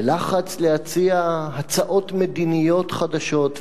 בלחץ להציע הצעות מדיניות חדשות,